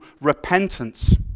repentance